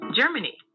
Germany